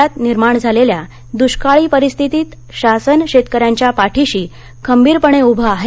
राज्यात निर्माण झालेल्या दृष्काळी परिस्थितीत शासन शेतकऱ्यांच्या पाठिशी खंबीरपणे उभं आहे